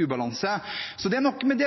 ubalanse. Så det er noe med